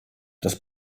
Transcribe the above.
das